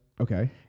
Okay